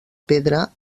pedra